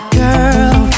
girl